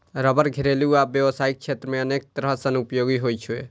रबड़ घरेलू आ व्यावसायिक क्षेत्र मे अनेक तरह सं उपयोगी होइ छै